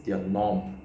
their norm